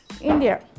India